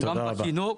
גם בחינוך,